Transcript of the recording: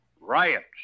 Riots